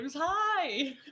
Hi